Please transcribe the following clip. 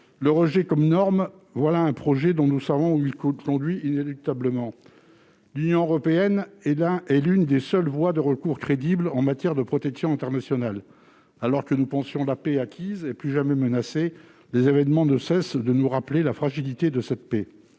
Le rejet comme norme : nous savons où un tel projet conduit inéluctablement. L'Union européenne est l'une des seules voies de recours crédibles en matière de protection internationale. Alors que nous pensions la paix acquise, celle-ci est plus que jamais menacée. Les événements ne cessent de nous rappeler sa fragilité. Certes,